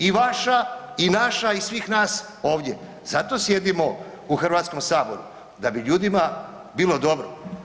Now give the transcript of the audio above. I vaša i naša, i svih nas ovdje, zato sjedimo u Hrvatskom saboru, da bi ljudima bilo dobro.